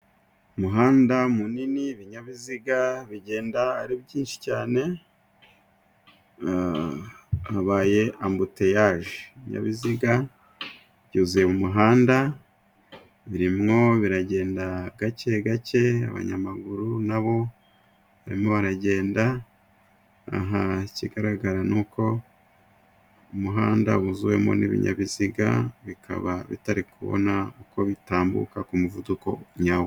Umuhanda munini ibinyabiziga bigenda ari byinshi cyane, habaye ambutiyaje. Ibinyabiziga byuzuye mu muhanda, birimo biragenda gake gake, abanyamaguru nabo barimo baragenda, aha ikigaragara ni uko umuhanda wuzuwemo n'ibinyabiziga, bikaba bitari kubona uko bitambuka ku muvuduko nyawo.